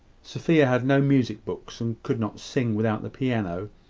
sophia had no music-books, and could not sing without the piano,